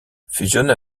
fusionne